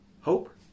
hope